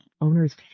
owners